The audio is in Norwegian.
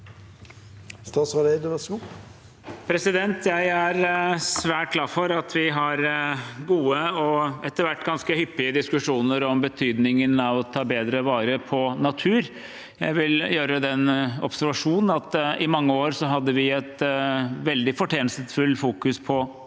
Jeg er svært glad for at vi har gode og etter hvert ganske hyppige diskusjoner om betydningen av å ta bedre vare på natur. Jeg vil gjøre den observasjon at vi i mange år hadde et veldig fortjenstfullt fokus på klima,